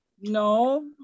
No